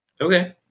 Okay